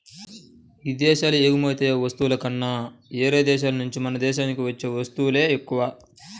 ఇదేశాలకు ఎగుమతయ్యే వస్తువుల కన్నా యేరే దేశాల నుంచే మన దేశానికి వచ్చే వత్తువులే ఎక్కువ